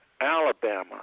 Alabama